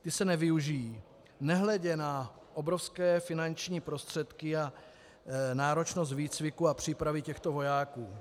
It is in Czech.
Ty se nevyužijí, nehledě na obrovské finanční prostředky a náročnost výcviku a přípravy těchto vojáků.